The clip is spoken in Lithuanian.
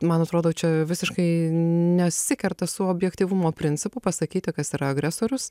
man atrodo čia visiškai nesikerta su objektyvumo principu pasakyti kas yra agresorius